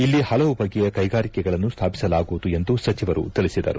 ಇಲ್ಲಿ ಪಲವು ಬಗೆಯ ಕೈಗಾರಿಕೆಗಳನ್ನು ಸ್ಥಾಪಿಸಲಾಗುವುದು ಎಂದು ಸಚಿವರು ತಿಳಿಸಿದರು